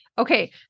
Okay